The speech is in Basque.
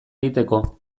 egiteko